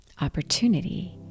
opportunity